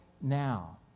now